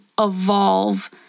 evolve